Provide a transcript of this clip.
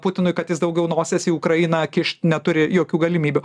putinui kad jis daugiau nosies į ukrainą kišt neturi jokių galimybių